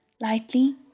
Lightly